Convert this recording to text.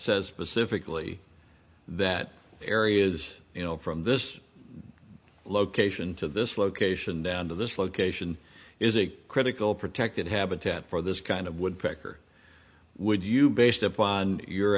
says pacifically that area is you know from this location to this location down to this location is a critical protected habitat for this kind of woodpecker would you based upon your